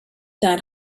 that